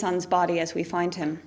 son's body as we find him